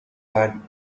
hand